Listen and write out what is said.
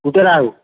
कुठं राहु